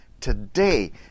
today